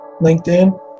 LinkedIn